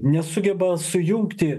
nesugeba sujungti